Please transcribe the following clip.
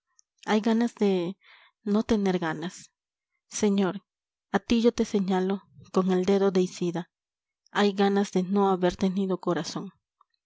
hay ganas de no tener ganas señor a tí yo te señalo con el dedo deicida hay ganas de no haber tenido corazón